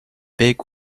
big